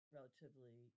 relatively